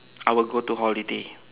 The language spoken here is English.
I will go to holiday